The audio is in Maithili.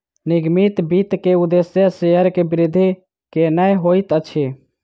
निगमित वित्त के उदेश्य शेयर के वृद्धि केनै होइत अछि